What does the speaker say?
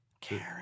Karen